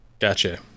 Gotcha